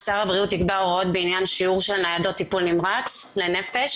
שר הבריאות יקבע הוראות בעניין שיעור של ניידות טיפול נמרץ לנפש,